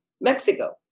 Mexico